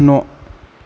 न'